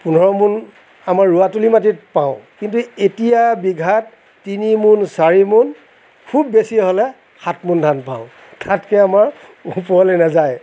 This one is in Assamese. পোন্ধৰমোন আমাৰ ৰোৱাতলিৰ মাটিত পাওঁ কিন্তু এতিয়া বিঘাত তিনিমোন চাৰিমোন খুব বেছি হ'লে সাতমোন ধান পাওঁ তাতকৈ আমাৰ ওপৰলৈ নাযায়